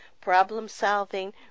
problem-solving